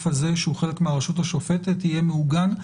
הזה שהוא חלק מהרשות השופטת יהיה מעוגן.